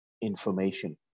information